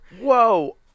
Whoa